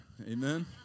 Amen